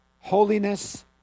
holiness